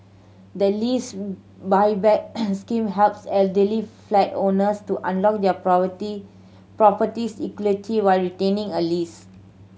the Lease Buyback Scheme helps elderly flat owners to unlock their property's equity while retaining a lease